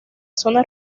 zona